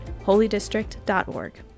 holydistrict.org